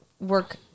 work